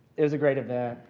it was great event.